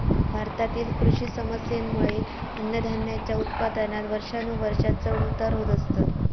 भारतातील कृषी समस्येंमुळे अन्नधान्याच्या उत्पादनात वर्षानुवर्षा चढ उतार होत असतत